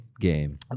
game